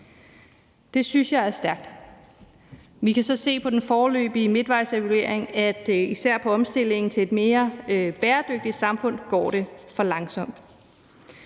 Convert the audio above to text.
Det synes jeg er stærkt. Vi kan så se på den foreløbige midtvejsevaluering, at især med omstillingen til et mere bæredygtigt samfund går det for langsomt.